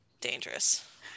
dangerous